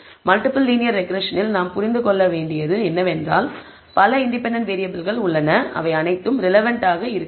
multiple linear ரெக்ரெஸ்ஸனில் நாம் புரிந்து கொள்ள வேண்டியது என்னவென்றால் பல இண்டிபெண்டன்ட் வேறியபிள்கள் உள்ளன அவை அனைத்தும் ரெலெவன்ட் ஆக இருக்காது